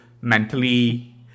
mentally